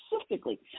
specifically